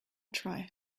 try